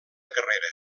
carrera